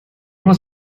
was